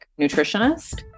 nutritionist